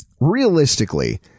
realistically